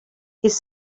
his